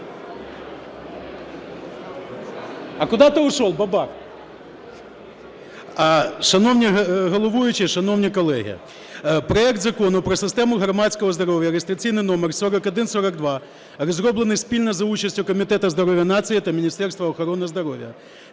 13:40:25 РАДУЦЬКИЙ М.Б. Шановний головуючий, шановні колеги, проект Закону про систему громадського здоров’я (реєстраційний номер 4142) розроблений спільно за участю Комітету здоров'я нації та Міністерства охорони здоров'я.